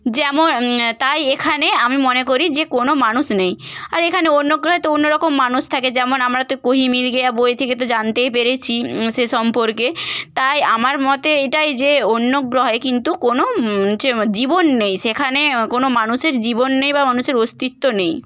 যেমন তাই এখানে আমি মনে করি যে কোনো মানুষ নেই আর এখানে অন্য গ্রহে তো অন্য রকম মানুষ থাকে যেমন আমরা তো কোহি মিল গ্যায়া বই থেকে তো জানতেই পেরেছি সে সম্পর্কে তাই আমার মতে এটাই যে অন্য গ্রহে কিন্তু কোনো হচ্ছে জীবন নেই সেখানেও কোনো মানুষের জীবন নেই বা মানুষের অস্তিত্ব নেই